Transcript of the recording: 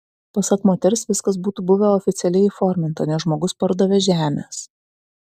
pasak moters viskas būtų buvę oficialiai įforminta nes žmogus pardavė žemės